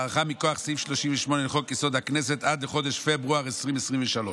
והוארכה מכוח סעיף 38 לחוק-יסוד: הכנסת עד לחודש פברואר 2023,